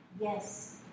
yes